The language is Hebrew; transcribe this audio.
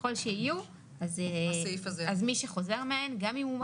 ככל שיהיו אז מי שחוזר מהן גם אם הוא מחלים יהיה צריך,